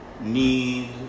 need